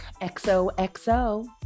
XOXO